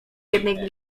jednej